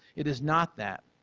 it is not that.